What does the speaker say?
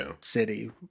city